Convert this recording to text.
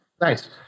Nice